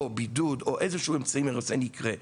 בידוד או אמצעי מרסן אחר יקרה עולה.